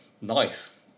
nice